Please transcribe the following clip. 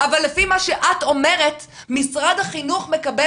אבל לפי מה שאת אומרת משרד החינוך מקבל